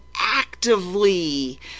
actively